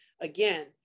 Again